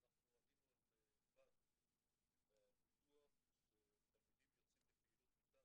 אנחנו עלינו על באג בביטוח שתלמידים יוצאים לפעילות מטעם